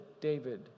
David